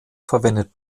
verwendet